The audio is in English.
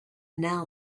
now